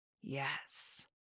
yes